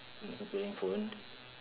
what repairing phone